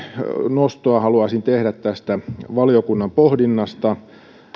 nostoa haluaisin tehdä tästä valiokunnan pohdinnasta